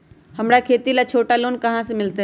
हमरा खेती ला छोटा लोने कहाँ से मिलतै?